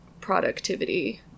productivity